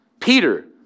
Peter